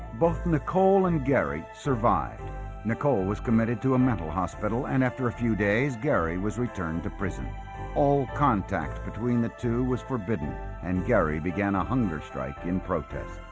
both nicole and gary survived nicole was committed to a mental hospital and after a few days gary was returned to prison all contact between the two was forbidden and gary began a hunger strike in protest